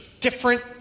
different